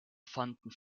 fanden